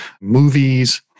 movies